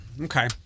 Okay